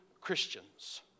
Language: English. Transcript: Christians